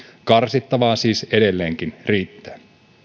karsittavaa siis edelleenkin riittää